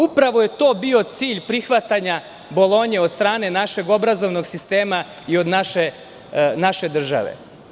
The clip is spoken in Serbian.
Upravo je to bio cilj prihvatanja Bolonje od strane našeg obrazovnog sistema i od naše države.